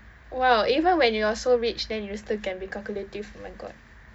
!wow! even when you are so rich then you still can be calculative oh my god